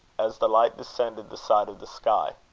as the light descended the side of the sky.